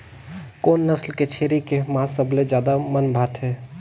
कोन नस्ल के छेरी के मांस सबले ज्यादा मन भाथे?